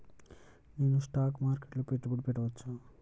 నేను స్టాక్ మార్కెట్లో పెట్టుబడి పెట్టవచ్చా?